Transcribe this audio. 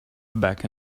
back